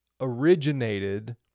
originated